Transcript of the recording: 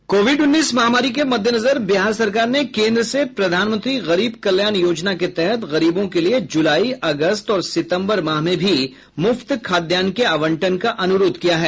Covid उन्नीस महामारी के मद्देनजर बिहार सरकार ने केन्द्र से प्रधानमंत्री गरीब कल्याण योजना के तहत गरीबों के लिए जुलाई अगस्त और सितम्बर माह में भी मुफ्त खाद्यान्न के आवंटन का अनुरोध किया है